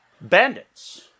Bandits